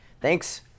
Thanks